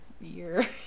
year